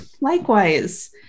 Likewise